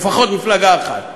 לפחות מפלגה אחת.